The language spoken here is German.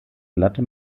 glatte